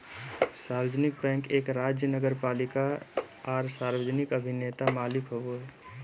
सार्वजनिक बैंक एक राज्य नगरपालिका आर सार्वजनिक अभिनेता मालिक होबो हइ